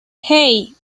hey